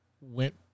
went